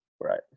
Right